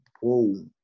whoa